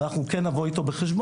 אבל אנחנו כן נבוא איתו בחשבון,